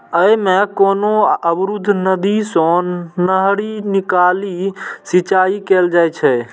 अय मे कोनो अवरुद्ध नदी सं नहरि निकालि सिंचाइ कैल जाइ छै